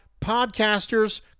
podcasters